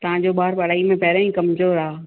तव्हांजो ॿारु पढ़ाईअ में पहिरियों ई कमज़ोरु आहे